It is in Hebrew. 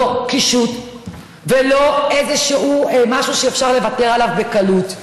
לא קישוט ולא איזשהו משהו שאפשר לוותר עליו בקלות.